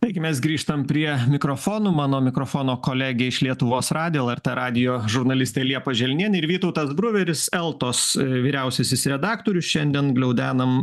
taigi mes grįžtam prie mikrofonų mano mikrofono kolegė iš lietuvos radijo lrt radijo žurnalistė liepa želnienė ir vytautas bruveris eltos vyriausiasis redaktorius šiandien gliaudenam